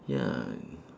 ya